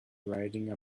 riding